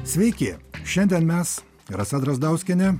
sveiki šiandien mes rasa drazdauskienė